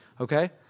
Okay